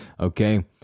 okay